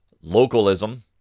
Localism